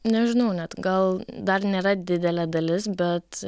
nežinau net gal dar nėra didelė dalis bet